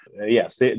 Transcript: yes